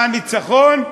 מה הניצחון?